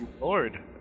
lord